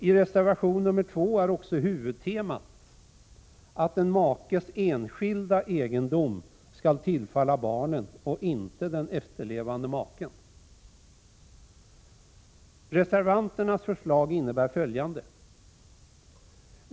I reservation nr 2 är också huvudtemat att en makes enskilda egendom skall tillfalla barnen och inte den efterlevande maken. Reservanternas förslag innebär följande.